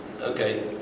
Okay